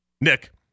Nick